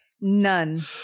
None